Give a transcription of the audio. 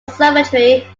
conservatory